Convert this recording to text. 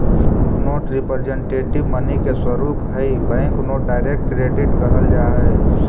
bank note representative money के स्वरूप हई बैंक नोट डायरेक्ट क्रेडिट कहल जा हई